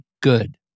good